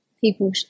people